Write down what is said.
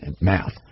math